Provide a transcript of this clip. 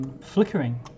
Flickering